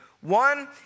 one